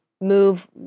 move